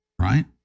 right